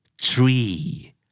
Tree